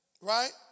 right